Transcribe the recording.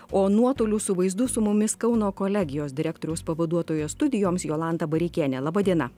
o nuotoliu su vaizdu su mumis kauno kolegijos direktoriaus pavaduotojo studijoms jolanta bareikienė laba diena